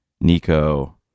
Nico